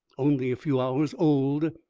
only a few hours old,